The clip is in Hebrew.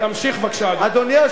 תמשיך בבקשה, אדוני.